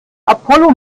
apollo